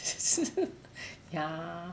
ya